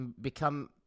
become –